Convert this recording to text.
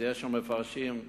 יש המפרשים: